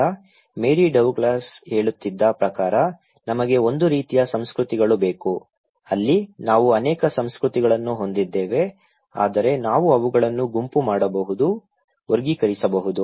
ಈಗ Mary Douglas ಹೇಳುತ್ತಿದ್ದ ಪ್ರಕಾರ ನಮಗೆ ಒಂದು ರೀತಿಯ ಸಂಸ್ಕೃತಿಗಳು ಬೇಕು ಅಲ್ಲಿ ನಾವು ಅನೇಕ ಸಂಸ್ಕೃತಿಗಳನ್ನು ಹೊಂದಿದ್ದೇವೆ ಆದರೆ ನಾವು ಅವುಗಳನ್ನು ಗುಂಪು ಮಾಡಬಹುದು ವರ್ಗೀಕರಿಸಬಹುದು